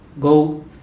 go